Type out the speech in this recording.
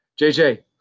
jj